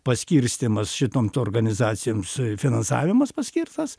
paskirstymas šitom organizacijoms finansavimas paskirtas